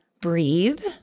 breathe